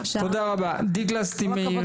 דקלה מאיר,